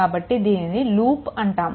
కాబట్టి దీనిని లూప్ అంటాము